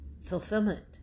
fulfillment